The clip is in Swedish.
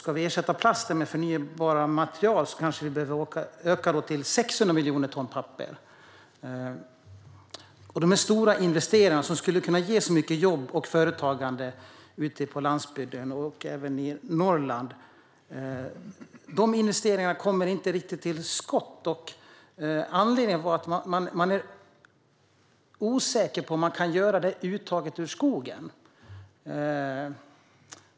Ska vi ersätta plasten med förnybara material kanske vi behöver öka produktionen av papper till 600 miljoner ton. De stora investeringar som skulle kunna ge så mycket jobb i företagande ute på landsbygden och även i Norrland kommer inte riktigt till skott. Anledningen är att man är osäker på om man kan göra detta uttag ur skogen.